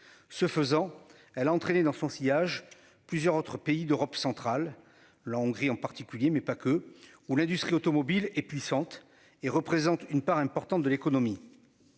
Ce faisant, elle a entraîné dans son sillage plusieurs autres pays d'Europe centrale. La Hongrie en particulier mais pas que. Ou l'industrie automobile et puissante et représente une part importante de l'économie.